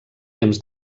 temps